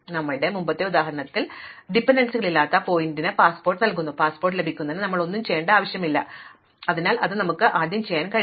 ഞങ്ങളുടെ മുമ്പത്തെ ഉദാഹരണത്തിൽ ഡിപൻഡൻസികളില്ലാത്ത ശീർഷകത്തിന് പാസ്പോർട്ട് ലഭിക്കുന്നു പാസ്പോർട്ട് ലഭിക്കുന്നതിന് മുമ്പ് ഞങ്ങൾക്ക് ഒന്നും ചെയ്യേണ്ട ആവശ്യമില്ല അതിനാൽ ആദ്യം നമുക്ക് അത് ചെയ്യാൻ കഴിയും